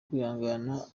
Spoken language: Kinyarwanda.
kwihangana